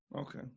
Okay